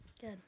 Good